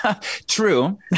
true